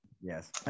Yes